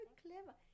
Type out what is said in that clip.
clever